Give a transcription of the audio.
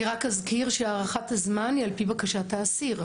אני רק אזכיר שהארכת הזמן היא על פי בקשת האסיר.